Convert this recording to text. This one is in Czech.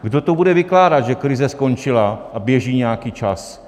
Kdo to bude vykládat, že krize skončila a běží nějaký čas?